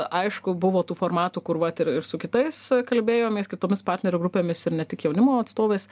aišku buvo tų formatų kur vat ir ir su kitais kalbėjomės kitomis partnerių grupėmis ir ne tik jaunimo atstovais